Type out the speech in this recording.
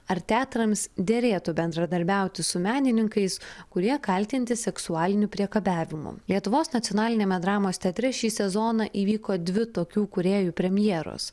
ar teatrams derėtų bendradarbiauti su menininkais kurie kaltinti seksualiniu priekabiavimu lietuvos nacionaliniame dramos teatre šį sezoną įvyko dvi tokių kūrėjų premjeros